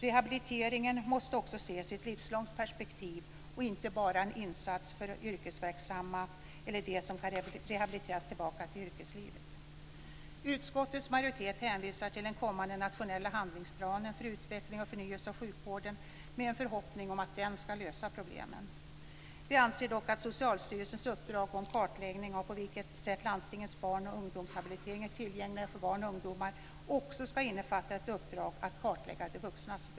Rehabiliteringen måste också ses i ett livslångt perspektiv och inte bara som en insats för yrkesverksamma eller för dem som kan rehabiliteras tillbaka till yrkeslivet. Utskottets majoritet hänvisar till den kommande nationella handlingsplanen för utveckling och förnyelse av sjukvården med en förhoppning om att den ska lösa problemen. Vi anser dock att Socialstyrelsens uppdrag om en kartläggning av på vilket sätt landstingets barn och ungdomshabilitering är tillgängliga för barn och ungdomar också ska innefatta ett uppdrag att kartlägga de vuxnas behov.